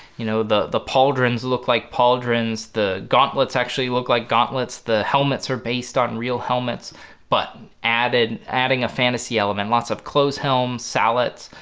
you know the the pauldrons look like pauldrons the gauntlets actually look like gauntlets the helmets are based on real helmets but added adding a fantasy element lots of closed helms, sallets,